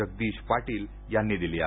जगदीश पाटील यांनी दिली आहे